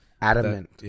adamant